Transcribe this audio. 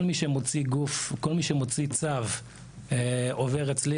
כל מי שמוציא צו עובר אצלי.